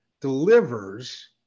delivers –